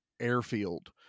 airfield